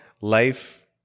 life